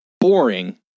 boring